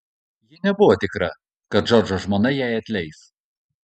ji nebuvo tikra kad džordžo žmona jai atleis